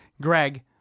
Greg